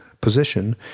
position